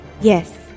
Yes